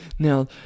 Now